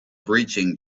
breaching